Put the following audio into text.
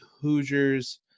Hoosiers